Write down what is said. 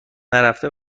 نرفته